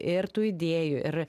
ir tų idėjų ir